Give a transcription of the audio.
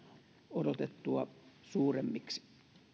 odotettua suuremmiksi